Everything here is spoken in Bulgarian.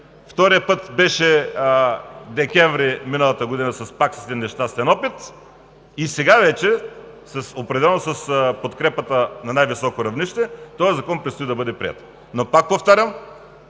Вторият път беше месец декември миналата година – пак с един нещастен опит, и сега вече определено с подкрепата от най високо равнище този закон предстои да бъде приет. Пак повтарям,